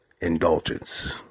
indulgence